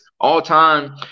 all-time